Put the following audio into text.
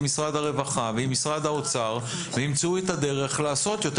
משרד הרווחה ועם משרד האוצר וימצאו את הדרך לעשות יותר